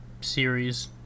series